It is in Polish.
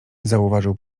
zauważył